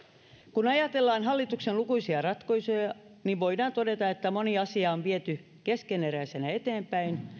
kun ajatellaan hallituksen lukuisia ratkaisuja niin voidaan todeta että moni asia on viety keskeneräisenä eteenpäin